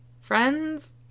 Friends